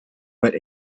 but